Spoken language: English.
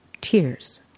tears